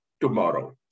tomorrow